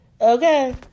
Okay